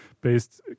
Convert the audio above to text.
based